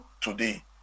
today